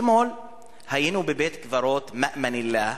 אתמול היינו בבית-קברות "מאמן אללה"